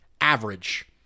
average